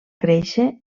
créixer